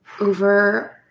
over